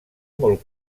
molt